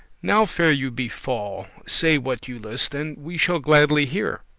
now faire you befall say what you list, and we shall gladly hear.